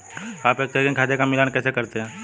आप एक चेकिंग खाते का मिलान कैसे करते हैं?